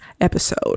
episode